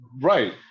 Right